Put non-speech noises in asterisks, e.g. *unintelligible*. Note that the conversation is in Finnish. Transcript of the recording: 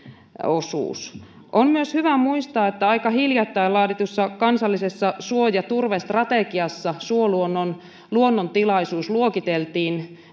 osuus on myös hyvä muistaa että aika hiljattain laaditussa kansallisessa suo ja turvestrategiassa suoluonnon luonnontilaisuus luokiteltiin *unintelligible*